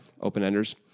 open-enders